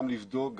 גם לבדוק,